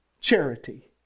Charity